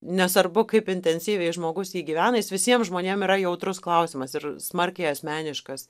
nesvarbu kaip intensyviai žmogus jį gyvena jis visiem žmonėm yra jautrus klausimas ir smarkiai asmeniškas